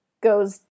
goes